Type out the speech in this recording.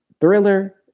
thriller